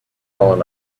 fallen